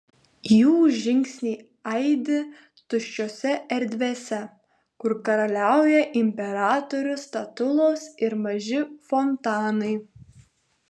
jų žingsniai aidi tuščiose erdvėse kur karaliauja imperatorių statulos ir maži fontanai